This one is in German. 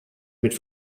mit